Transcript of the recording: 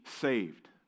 saved